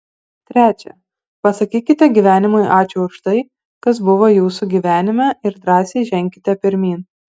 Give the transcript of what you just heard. trečia pasakykite gyvenimui ačiū už tai kas buvo jūsų gyvenime ir drąsiai ženkite pirmyn